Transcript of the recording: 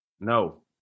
No